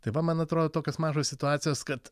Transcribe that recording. tai va man atrodo tokios mažos situacijos kad